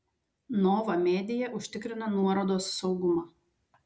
nova media užtikrina nuorodos saugumą